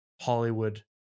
Hollywood